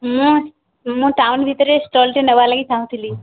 ମୁଁ ମୁଁ ଟାଉନ୍ ଭିତରେ ଷ୍ଟଲ୍ଟେ ନେବାର୍ ଲାଗି ଚାହୁଁଥିଲି